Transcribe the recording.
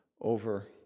over